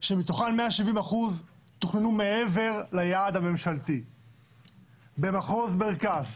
שמתוכן 170% תוכננו מעבר ליעד הממשלתי במחוז מרכז,